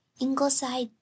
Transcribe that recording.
Ingleside